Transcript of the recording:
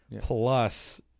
Plus